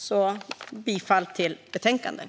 Jag yrkar bifall till utskottets förslag.